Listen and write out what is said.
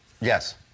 yes